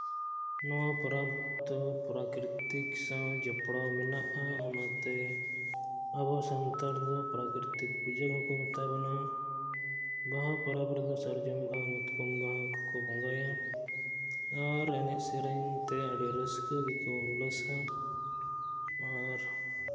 ᱱᱚᱣᱟ ᱯᱚᱨᱚᱵᱽ ᱫᱚ ᱯᱨᱟᱠᱨᱤᱛᱤᱠ ᱥᱟᱶ ᱡᱚᱯᱲᱟᱣ ᱢᱮᱱᱟᱜᱼᱟ ᱚᱱᱟᱛᱮ ᱟᱵᱚ ᱥᱟᱱᱛᱟᱲ ᱫᱚ ᱯᱨᱟᱠᱨᱤᱛᱤᱠ ᱯᱩᱡᱟᱹ ᱦᱚᱸᱠᱚ ᱢᱮᱛᱟ ᱵᱚᱱᱟ ᱵᱟᱦᱟ ᱯᱚᱨᱚᱵᱽ ᱨᱮᱫᱚ ᱥᱟᱨᱡᱚᱢ ᱵᱟᱦᱟ ᱢᱟᱛᱠᱚᱢ ᱵᱟᱦᱟ ᱠᱚᱠᱚ ᱵᱚᱸᱜᱟᱭᱟ ᱟᱨ ᱮᱱᱮᱡ ᱥᱮᱨᱮᱧ ᱛᱮ ᱟᱹᱰᱤ ᱨᱟᱹᱥᱠᱟᱹ ᱜᱮᱠᱚ ᱦᱩᱞᱟᱹᱥᱟ ᱟᱨ